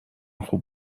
خوب